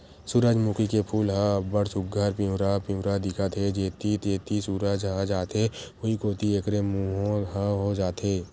सूरजमूखी के फूल ह अब्ब्ड़ सुग्घर पिंवरा पिंवरा दिखत हे, जेती जेती सूरज ह जाथे उहीं कोती एखरो मूँह ह हो जाथे